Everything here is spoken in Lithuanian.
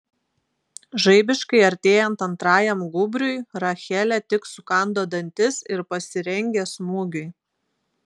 žaibiškai artėjant antrajam gūbriui rachelė tik sukando dantis ir pasirengė smūgiui